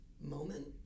moment